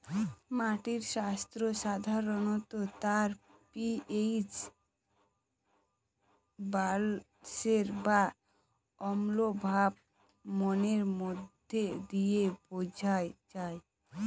মাটির স্বাস্থ্য সাধারনত তার পি.এইচ ব্যালেন্স বা অম্লভাব মানের মধ্যে দিয়ে বোঝা যায়